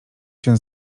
się